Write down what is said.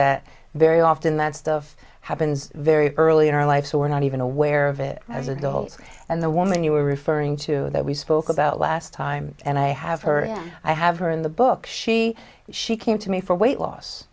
that very often that stuff happens very early in our life so we're not even aware of it as adults and the woman you were referring to that we spoke about last time and i have her and i have her in the book she she came to me for weight loss